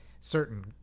certain